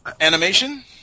animation